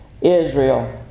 Israel